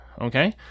okay